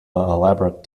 elaborate